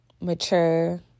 mature